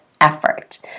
effort